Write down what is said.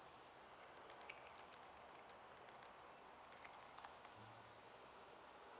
oh